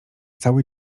cały